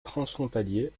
transfrontalier